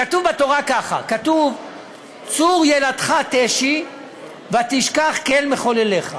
כתוב בתורה ככה: "צור ילדך תשי ותשכח אל מחוללך".